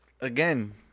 again